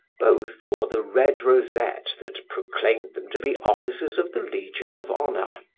both wore the red rosette that proclaimed them to be officers of the legion of honor.